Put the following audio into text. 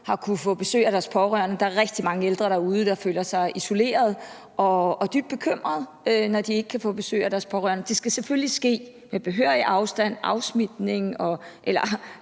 har kunnet få besøg af deres pårørende. Der er rigtig mange ældre derude, der føler sig isoleret og dybt bekymrede, når de ikke kan få besøg af deres pårørende. Det skal selvfølgelig ske med behørig afstand, med